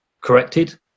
corrected